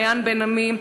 למעיין בן-עמי,